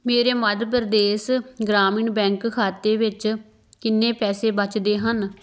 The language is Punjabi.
ਮੇਰੇ ਮੱਧ ਪ੍ਰਦੇਸ਼ ਗ੍ਰਾਮੀਣ ਬੈਂਕ ਖਾਤੇ ਵਿੱਚ ਕਿੰਨੇ ਪੈਸੇ ਬਚਦੇ ਹਨ